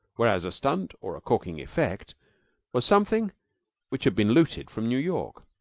whereas a stunt or a corking effect was something which had been looted from new york.